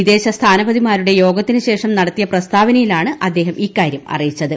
വിദേശ സ്ഥാനപതിമാരുടെ യോഗത്തിനുശേഷം നടത്തിയ പ്രസ്താവനയിലാണ് അദ്ദേഹം ഇക്കാര്യം അറിയിച്ചത്